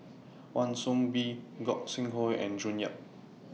Wan Soon Bee Gog Sing Hooi and June Yap